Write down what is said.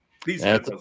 Please